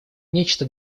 нечто